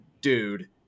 dude